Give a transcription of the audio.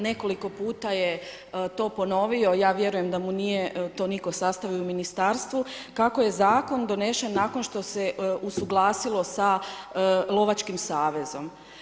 Nekoliko je puta to ponovio, ja vjerujem da mu to nije nitko sastavio u ministarstvu kako je zakon donešen nakon što se usuglasilo s lovačkim savezom.